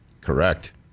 Correct